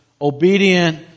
obedient